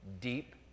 Deep